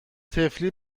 طفلی